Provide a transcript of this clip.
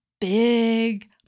big